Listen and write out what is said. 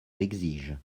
l’exige